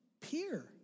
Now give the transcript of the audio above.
peer